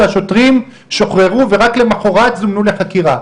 שהשוטרים שוחררו ורק למחרת זומנו לחקירה.